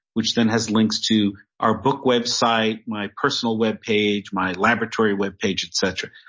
which then has links to our book website, my personal webpage, my laboratory webpage, etc.